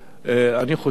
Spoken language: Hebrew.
אני חושב